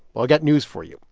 well, i got news for you.